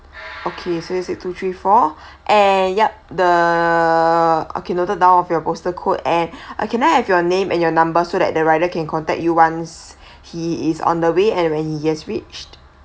okay so is it two three four and yup the okay noted down of your postal code and uh I can I have your name and your number so that the rider can contact you once he is on the way and when he has reached